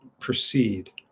proceed